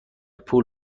پول